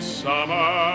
summer